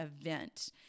event